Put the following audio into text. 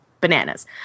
bananas